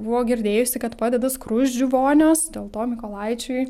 buvo girdėjusi kad padeda skruzdžių vonios dėl to mykolaičiui